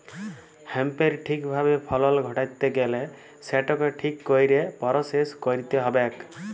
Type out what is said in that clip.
হ্যাঁম্পের ঠিক ভাবে ফলল ঘটাত্যে গ্যালে সেটকে ঠিক কইরে পরসেস কইরতে হ্যবেক